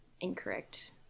incorrect